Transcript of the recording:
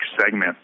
segment